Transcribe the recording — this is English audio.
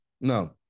No